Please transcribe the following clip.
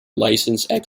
licensed